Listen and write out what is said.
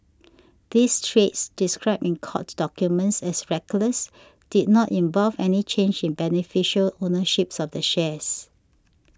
these trades described in court documents as reckless did not involve any change in beneficial ownership of the shares